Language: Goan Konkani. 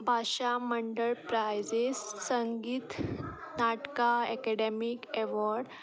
भाशा मंडळ प्रायजीस संगीत नाटकां एकाडमीक एवोर्ड